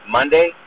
Monday